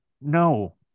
No